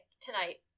Tonight